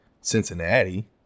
Cincinnati